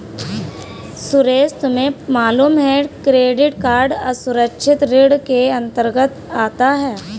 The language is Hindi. सुरेश तुम्हें मालूम है क्रेडिट कार्ड असुरक्षित ऋण के अंतर्गत आता है